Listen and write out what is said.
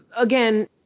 Again